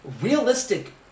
realistic